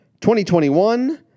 2021